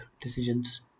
decisions